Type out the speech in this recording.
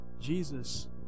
Jesus